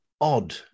odd